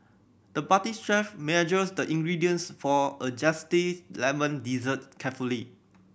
the parties chef measured the ingredients for a zesty lemon dessert carefully